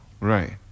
Right